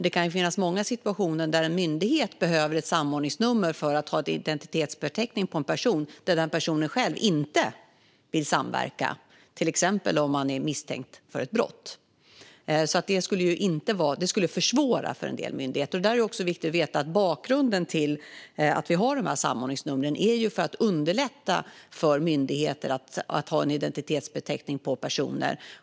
Det kan finnas många situationer där en myndighet behöver ett samordningsnummer för att ha en identitetsbeteckning på en person som inte själv vill samverka. Det kan till exempel vara en person som är misstänkt för ett brott. Skulle det inte vara så här skulle det försvåra för en del myndigheter. Det är viktigt att veta bakgrunden till att vi har dessa samordningsnummer. Det är för att det underlättar för myndigheter att ha en identitetsbeteckning på personer.